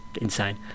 insane